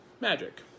Magic